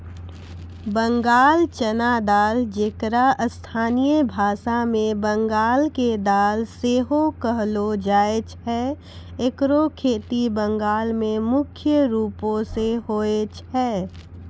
बंगाल चना दाल जेकरा स्थानीय भाषा मे बंगाल के दाल सेहो कहलो जाय छै एकरो खेती बंगाल मे मुख्य रूपो से होय छै